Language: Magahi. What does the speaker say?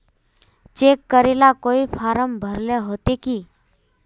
चेक करेला कोई फारम भरेले होते की?